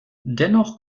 dennoch